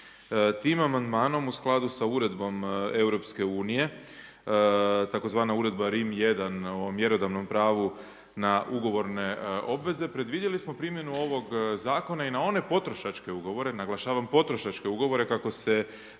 Tim amandmanom u skladu sa uredbom EU-a, tzv. Uredba Rim I, o mjerodavnom pravu na ugovorne obveze, predvidjeli smo primjenu ovog zakona i na one potrošačke ugovore, naglašavam potrošačke ugovore kako se